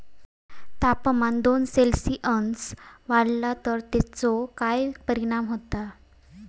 तापमान दोन सेल्सिअस वाढला तर तेचो काय परिणाम होता?